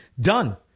Done